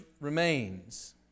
remains